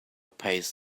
pays